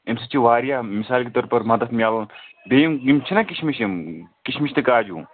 امہِ سۭتۍ چھ واریاہ مِثال کے طور پٲٹھۍ مدد ملان بیٚیہِ یِم چھِ نہ کِشمِش یِم کِشمِش تہٕ کاجوٗ